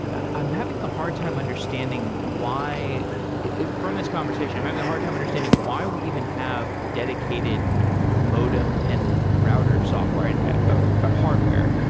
i'm having a hard time understanding why from this conversation, i'm having a hard time understanding why we even have dedicated modem and router software and ah hardware.